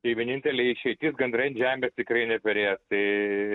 tai vienintelė išeitis gandrai an žemės tikrai neperės tai